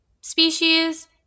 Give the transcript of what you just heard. species